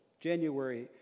January